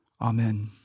Amen